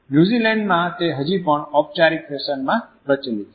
ન્યુઝીલેન્ડમાં તે હજી પણ ઔપચારીક ફેશનમાં પ્રચલિત છે